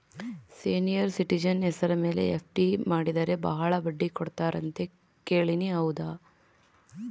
Senior citizen ಹೆಸರ ಮೇಲೆ FD ಮಾಡಿದರೆ ಬಹಳ ಬಡ್ಡಿ ಕೊಡ್ತಾರೆ ಅಂತಾ ಕೇಳಿನಿ ಹೌದಾ?